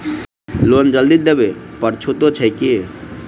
Loan जल्दी देबै पर छुटो छैक की?